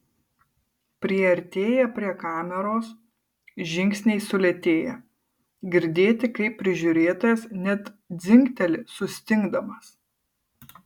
priartėję prie kameros žingsniai sulėtėja girdėti kaip prižiūrėtojas net dzingteli sustingdamas